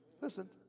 listen